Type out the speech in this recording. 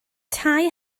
tai